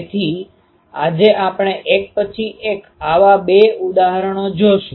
તેથી આજે આપણે એક પછી એક આવા 2 ઉદાહરણો જોશું